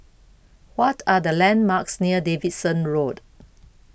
What Are The landmarks near Davidson Road